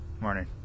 Morning